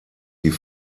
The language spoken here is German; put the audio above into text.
die